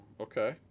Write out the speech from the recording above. okay